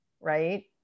Right